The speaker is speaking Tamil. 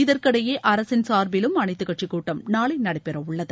இதற்கிடையே அரசின் சார்பிலும் அனைத்துக்கட்சி கூட்டம் நாளை நடைபெற உள்ளது